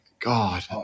God